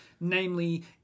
namely